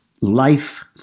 life